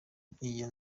iyo